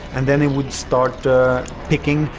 and then he would start picking,